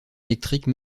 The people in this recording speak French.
électrique